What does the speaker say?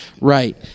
Right